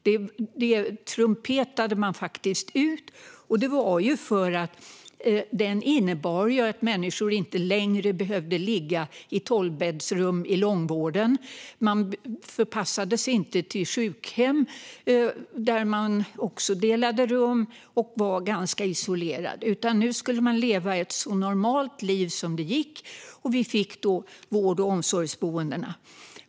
Det trumpetades ut. Reformen innebar att människor inte längre behövde ligga i tolvbäddsrum i långvården. De förpassades inte heller till sjukhem där de också delade rum och var isolerade. Nu skulle de leva ett så normalt liv som möjligt, och då fick vi vård och omsorgsboendena.